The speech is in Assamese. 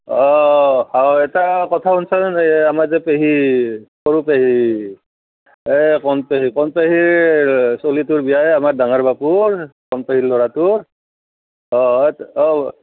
অ এটা কথা শুনিছানে আমাৰ যে পেহী সৰু পেহী এই কণ পেহী কণ পেহীৰ ছলিটোৰ বিয়া এ আমাৰ ডাঙৰ বাপুৰ কণ পেহীৰ ল'ৰাটোৰ অ অ